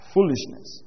Foolishness